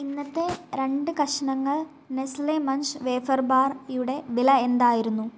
ഇന്നത്തെ രണ്ട് കഷണങ്ങൾ നെസ്ലെ മഞ്ച് വേഫർ ബാർയുടെ വില എന്തായിരുന്നു